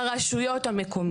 מ/1344.